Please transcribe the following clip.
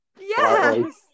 Yes